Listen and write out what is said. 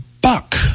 Buck